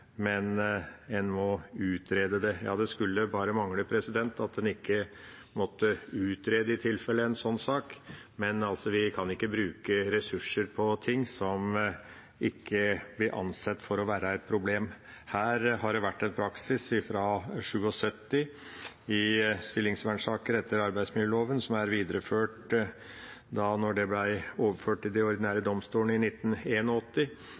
men at en må utrede det. Ja, det skulle bare mangle at en i tilfelle ikke måtte utrede en sånn sak, men vi kan ikke bruke ressurser på ting som ikke blir ansett for å være et problem. Her har det fra 1977 vært en praksis i stillingsvernsaker etter arbeidsmiljøloven som ble videreført da de ble overført til de ordinære domstolene i